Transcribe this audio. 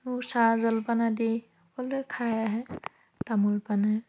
গুড় চাহ জলপান আদি সকলোৱে খাই আহে তামোল পাণে